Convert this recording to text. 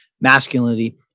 masculinity